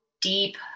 deep